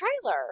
trailer